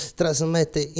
trasmette